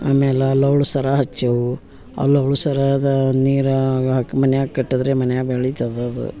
ಆಮೇಲೆ ಲವ್ಳ್ ಸರ ಹಚ್ಚೇವು ಆ ಲವ್ಳ್ ಸರದ ನೀರಾಗಿ ಹಾಕಿ ಮನ್ಯಾಗ ಕಟ್ಟಿದ್ರೆ ಮನ್ಯಾಗ ಬೆಳಿತದೆ ಅದು